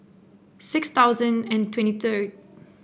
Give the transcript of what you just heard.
six thousand and twenty third